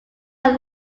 are